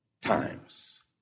times